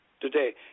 today